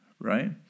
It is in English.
right